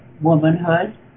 womanhood